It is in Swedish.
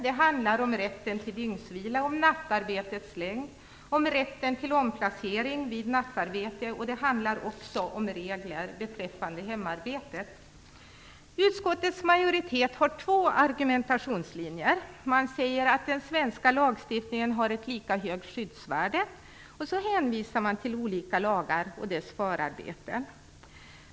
Det handlar om rätten till dygnsvila, om nattarbetets längd, om rätten till omplacering vid nattarbete och det handlar också om regler beträffande hemarbetet. Utskottets majoritet har två argumentationslinjer. Man säger att den svenska lagstiftningen har ett lika högt skyddsvärde och hänvisar till olika lagar och deras förarbeten.